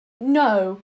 no